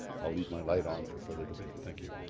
i'll leave my light on for further debate. thank you.